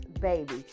baby